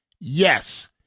yes